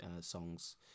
songs